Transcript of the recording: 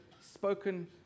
spoken